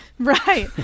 Right